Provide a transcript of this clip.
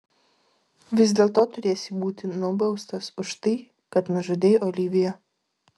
vis dėlto turėsi būti nubaustas už tai kad nužudei oliviją